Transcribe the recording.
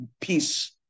peace